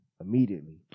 immediately